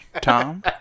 Tom